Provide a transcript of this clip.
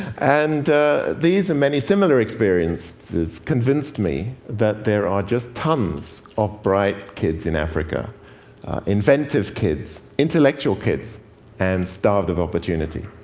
and these and many similar experiences convinced me that there are just tons of bright kids in africa inventive kids, intellectual kids and starved of opportunity.